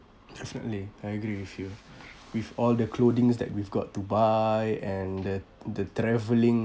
definitely I agree with you with all the clothings that we've got to buy and the the travelling